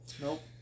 Nope